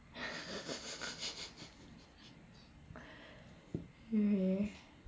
okay